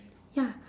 ya